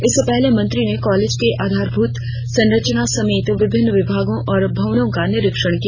इससे पहले मंत्री ने कॉलेज के आधारभूत संरचना समेत विभिन्न विभागों और भवनों का निरीक्षण किया